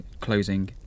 closing